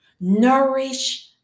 nourish